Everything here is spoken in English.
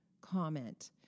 comment